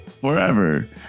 Forever